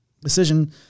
decision